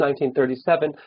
1937